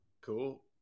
Cool